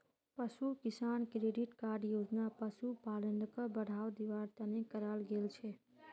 पशु किसान credit card योजना पशुपालनक बढ़ावा दिवार तने कराल गेल छे